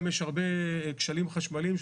יש גם הרבה כשלים חשמליים,